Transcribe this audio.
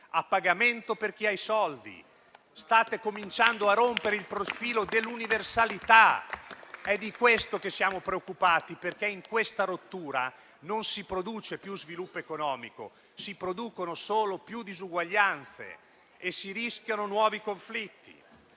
a pagamento per chi ha i soldi. State cominciando a rompere il profilo dell'universalità. È di questo che siamo preoccupati, perché in questa rottura non si produce più sviluppo economico, si producono solo più disuguaglianze e si rischiano nuovi conflitti.